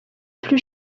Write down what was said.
plus